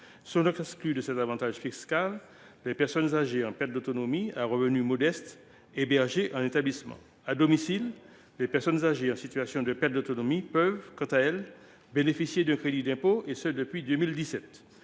Sont donc exclues de cet avantage fiscal les personnes âgées en perte d’autonomie, à revenu modeste, hébergées en établissement. À domicile, les personnes âgées en situation de perte d’autonomie peuvent, quant à elles, bénéficier d’un crédit d’impôt, et cela depuis 2017.